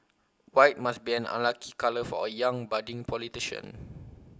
white must be an unlucky colour for A young budding politician